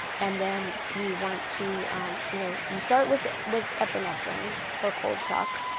and then you want to you know you start with with epinephrine for cold shock.